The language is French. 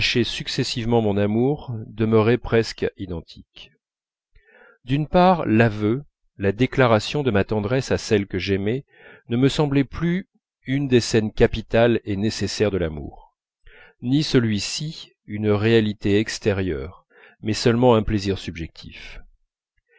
successivement mon amour demeuraient presque identiques d'une part l'aveu la déclaration de ma tendresse à celle que j'aimais ne me semblait plus une des scènes capitales et nécessaires de l'amour ni celui-ci une réalité extérieure mais seulement un plaisir subjectif